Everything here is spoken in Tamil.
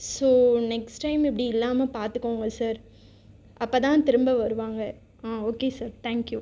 ஸோ நெஸ்ட் டைம் இப்படி இல்லாமல் பார்த்துக்கோங்க சார் அப்போதான் திரும்ப வருவாங்கள் ஓகே சார் தேங்க் யூ